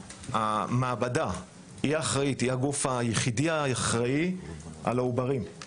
המעבדה היא האחראית היחידה על העוברים אבל